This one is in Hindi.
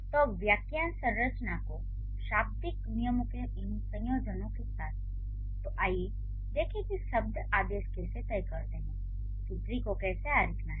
तो अब वाक्यांश संरचना और शाब्दिक नियमों के इन संयोजनों के साथ आइए देखें कि शब्द आदेश कैसे तय करते हैं कि ट्री को कैसे आरिखना है